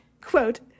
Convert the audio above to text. quote